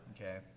Okay